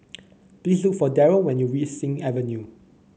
please look for Darryl when you Sing Avenue